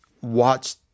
watch